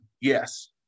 Yes